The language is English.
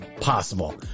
possible